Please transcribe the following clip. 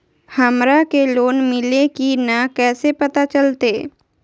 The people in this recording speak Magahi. हमरा के लोन मिल्ले की न कैसे पता चलते?